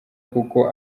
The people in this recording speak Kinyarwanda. kuko